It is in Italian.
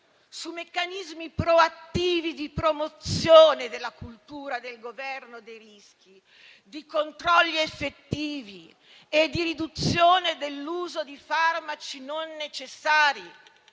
su meccanismi proattivi di promozione della cultura del governo dei rischi, di controlli effettivi e di riduzione dell'uso di farmaci non necessari,